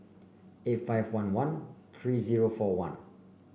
eight five one one three zero four one